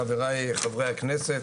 חבריי חברי הכנסת,